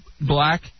black